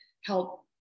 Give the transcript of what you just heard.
help